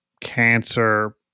cancer